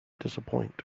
disappoint